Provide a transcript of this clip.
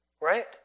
right